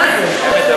מה זה?